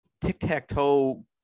tic-tac-toe –